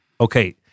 okay